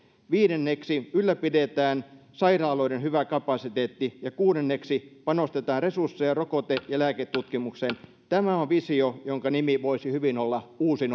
viidenneksi ylläpidetään sairaaloiden hyvä kapasiteetti kuudenneksi panostetaan resursseja rokote ja lääketutkimukseen tämä on visio jonka nimi voisi hyvin olla uusi